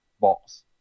box